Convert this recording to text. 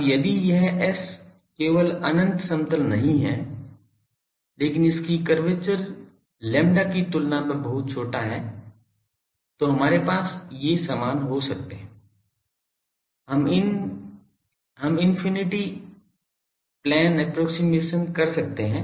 अब यदि यह S केवल अनंत समतल नहीं है लेकिन इसकी करवेचर lambda की तुलना में बहुत छोटा है तो हमारे पास ये समान हो सकते हैं हम इनफिनिट प्लेन अप्प्रोक्सिमेशन कर सकते हैं